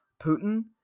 Putin